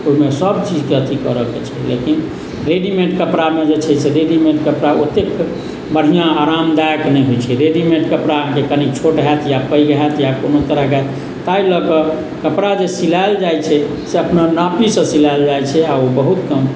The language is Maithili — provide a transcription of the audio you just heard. ओहिमे सबचीजके अथी करैके छै लेकिन रेडीमेट कपड़ामे जे छै से रेडीमेट कपड़ा ओतेक बढ़िआँ आरामदायक नहि होइत छै रेडीमेट कपड़ा अहाँके कनिक छोट होयत या पैघ हाएत या कओनो तरहके ताहि लए कऽ कपड़ा जे सिलाओल जाइत छै से अपना नापीसँ सिलाओल जाइत छै आ ओ बहुत